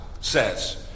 says